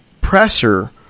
presser